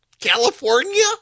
California